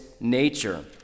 nature